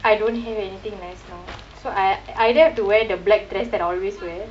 I don't have anything nice now so I I either have to wear the black dress that I always wear